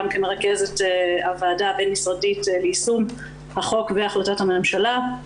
וגם כמרכזת הוועדה הבין-משרדית ליישום החוק והחלטת הממשלה.